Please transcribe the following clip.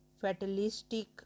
fatalistic